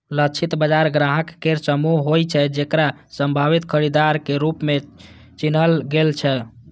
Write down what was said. लक्षित बाजार ग्राहक केर समूह होइ छै, जेकरा संभावित खरीदार के रूप मे चिन्हल गेल छै